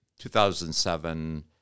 2007